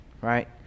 right